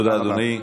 תודה, אדוני.